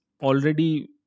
already